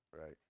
right